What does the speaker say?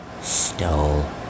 stole